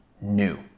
new